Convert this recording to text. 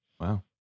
Wow